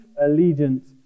allegiance